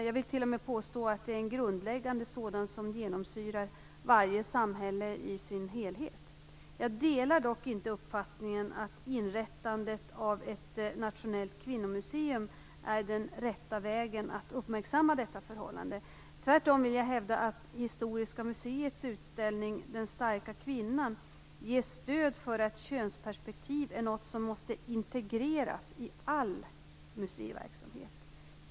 Jag vill t.o.m. påstå att det är en grundläggande sådan som genomsyrar varje samhälle i sin helhet. Jag delar dock inte uppfattningen att inrättandet av ett nationellt kvinnomuseum är den rätta vägen att uppmärksamma detta förhållande. Tvärtom vill jag hävda att Historiska museets utställning Den starka kvinnan ger stöd för att könsperspektiv är något som måste integreras i all museiverksamhet.